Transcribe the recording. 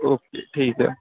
okay ٹھیک ہے